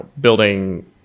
building